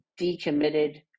decommitted